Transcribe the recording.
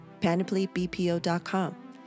panoplybpo.com